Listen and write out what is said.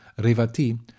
Revati